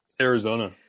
arizona